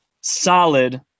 solid